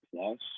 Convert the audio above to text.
plus